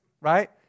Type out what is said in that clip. right